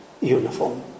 uniform